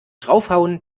draufhauen